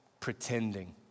pretending